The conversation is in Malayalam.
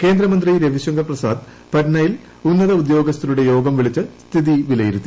കേന്ദ്രമന്ത്രി രവിശങ്കർ പ്രസാദ് പറ്റ്നയിൽ ഉന്നത ഉദ്യോഗസ്ഥരുടെ യോഗം വിളിച്ച് സ്ഥിതി വി്ലയിരുത്തി